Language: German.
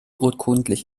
urkundlich